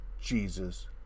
Jesus